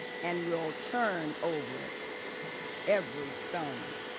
and we will turn over every stone.